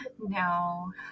no